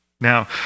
Now